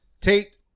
Tate